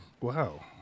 Wow